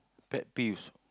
pet peeves